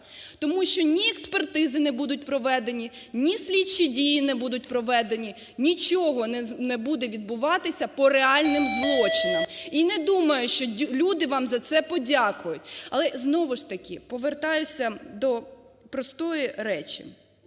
тому що ні експертизи не будуть проведені, ні слідчі дії не будуть проведені, нічого не буде відбуватися по реальним злочинах. І не думаю, що люди вам за це подякують. Але знову ж таки повертаюся до простої речі.